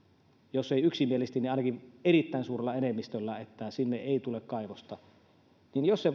jos ei yksimielisesti niin ainakin erittäin suurella enemmistöllä että sinne ei tule kaivosta ja jos se